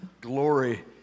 glory